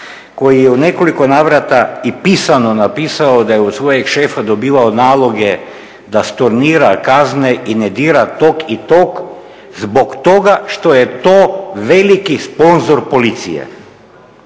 koji je u nekoliko navrata i pisano napisao da je od svojeg šefa dobivao naloge da stornira kazne i ne dira tog i tog zbog toga što je to veliki sponzor policije.